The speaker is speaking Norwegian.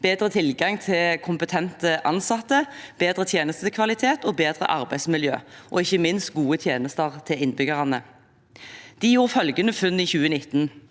bedre tilgang til kompetente ansatte, en bedre tjenestekvalitet, et bedre arbeidsmiljø og ikke minst gode tjenester til innbyggerne. De gjorde følgende funn, ifølge